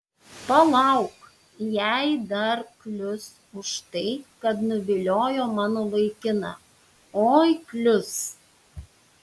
palauk jai dar klius už tai kad nuviliojo mano vaikiną oi klius